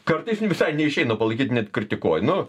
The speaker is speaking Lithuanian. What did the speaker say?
kartais visai neišeina palaikyt net kritikuoji nu